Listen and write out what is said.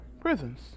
prisons